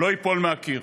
לא ייפול מהקיר.